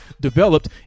developed